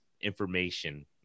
information